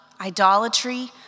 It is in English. idolatry